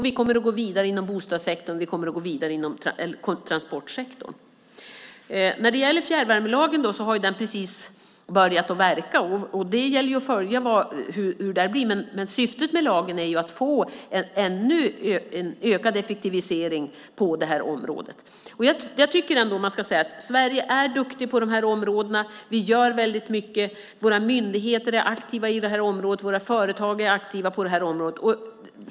Vi kommer att gå vidare inom bostadssektorn och transportsektorn. Fjärrvärmelagen har precis börjat verka. Vi får följa vad den leder till. Syftet med den är att få en ökad effektivisering på det här området. Jag tycker att man ska säga att Sverige är duktigt på de här områdena. Vi gör väldigt mycket. Våra myndigheter är aktiva på det här området. Våra företag är aktiva.